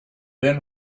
then